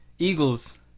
Eagles